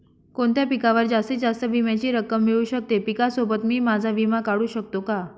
कोणत्या पिकावर जास्तीत जास्त विम्याची रक्कम मिळू शकते? पिकासोबत मी माझा विमा काढू शकतो का?